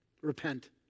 Repent